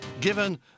Given